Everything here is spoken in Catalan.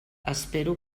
espero